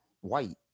white